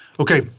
ok,